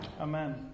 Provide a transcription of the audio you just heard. Amen